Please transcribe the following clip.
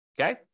okay